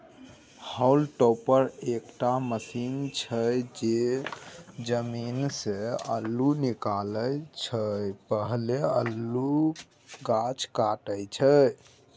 hall topper एकटा machine छै जे जमीनसँ अल्लु निकालै सँ पहिने अल्लुक गाछ काटय छै